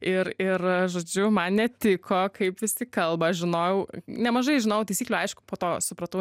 ir ir žodžiu man netiko kaip visi kalba žinojau nemažai žinojau taisyklių aišku po to supratau